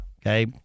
okay